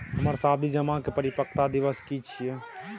हमर सावधि जमा के परिपक्वता दिवस की छियै?